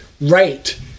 right